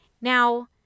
Now